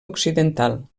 occidental